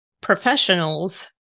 professionals